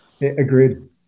Agreed